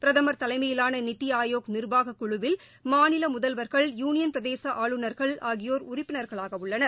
பிரதமர் தலைமையிலான நித்தி ஆயோக் நிர்வாகக் குழுவில் மாநில முதல்வர்கள் யூளியன் பிரதேச ஆளுநர்கள் ஆகியோர் உறுப்பினர்களாக உள்ளனர்